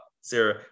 Sarah